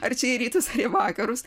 ar čia į rytus vakarus